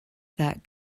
that